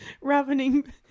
ravening